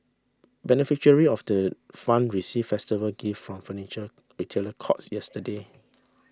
beneficiary of the fund received festive gift from Furniture Retailer Courts yesterday